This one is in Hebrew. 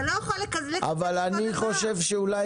אתה לא יכול --- אבל אני חושב שאולי